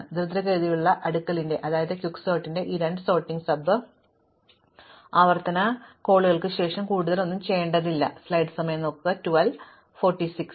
അതിനാൽ ദ്രുതഗതിയിലുള്ള അടുക്കലിനായി ഈ രണ്ട് സോർട്ടിംഗ് സബ് ആവർത്തന കോളുകൾക്ക് ശേഷം കൂടുതൽ ഒന്നും ചെയ്യേണ്ടതില്ല ഞങ്ങൾ ചെയ്തു